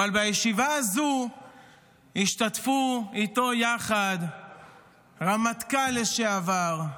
אבל בישיבה הזו השתתפו איתו יחד רמטכ"ל לשעבר,